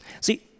See